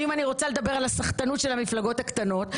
ואם אני רוצה לדבר על הסחטנות של המפלגות הקטנות,